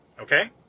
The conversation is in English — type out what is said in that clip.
okay